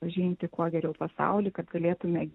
pažinti kuo geriau pasaulį kad galėtume